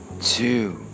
two